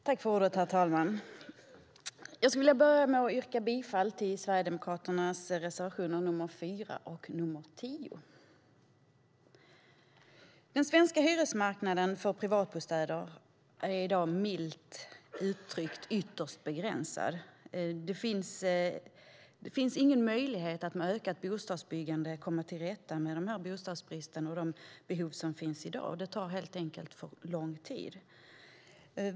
Herr talman! Jag skulle vilja börja med att yrka bifall till Sverigedemokraternas reservationer 4 och 10. Den svenska hyresmarknaden för privatbostäder är i dag milt uttryckt ytterst begränsad. Det finns ingen möjlighet att med ökat bostadsbyggande komma till rätta med den bostadsbrist och de behov som finns i dag; det tar helt enkelt för lång tid.